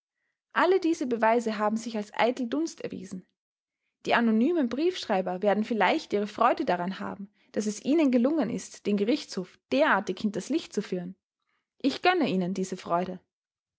alle diese beweise haben sich als eitel dunst erwiesen die anonymen briefschreiber werden vielleicht ihre freude daran haben daß es ihnen gelungen ist den gerichtshof derartig hinters licht zu führen ich gönne ihnen diese freude